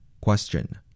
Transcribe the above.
Question